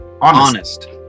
honest